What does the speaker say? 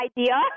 idea